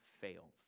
fails